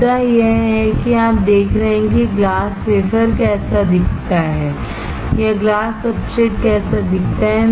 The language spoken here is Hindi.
मुद्दा यह है कि आप देख रहे हैं कि ग्लास वेफर कैसा दिखता है या ग्लास सब्सट्रेट कैसा दिखता है